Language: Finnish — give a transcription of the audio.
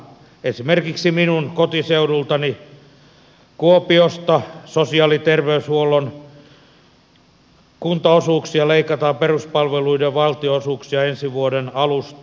esimerkiksi minun kotiseudultani kuopiosta sosiaali ja terveyshuollon kuntaosuuksia leikataan peruspalveluiden valtionosuuksia ensi vuoden alusta